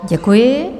Děkuji.